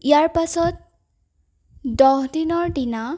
ইয়াৰ পাছত দহদিনৰ দিনা